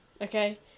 okay